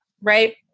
right